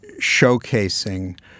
showcasing